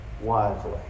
wisely